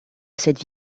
cette